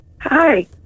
Hi